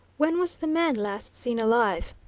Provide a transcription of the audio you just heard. when was the man last seen alive?